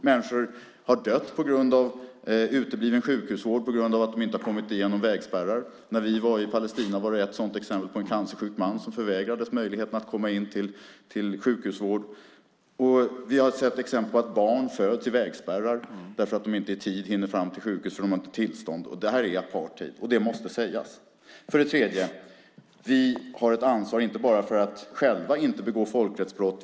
Människor har dött på grund av utebliven sjukhusvård på grund av att de inte har kommit igenom vägspärrar. När vi var i Palestina var det ett sådant exempel på en cancersjuk man som förvägrades möjligheten att få sjukhusvård, och vi har sett exempel på att barn föds i vägspärrar därför att människor inte hinner fram till sjukhus i tid för att de inte har tillstånd. Det här är apartheid, och det måste sägas. För det tredje har vi ett ansvar inte bara för att själva inte begå folkrättsbrott.